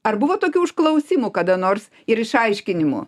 ar buvo tokių užklausimų kada nors ir išaiškinimų